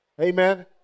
Amen